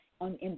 on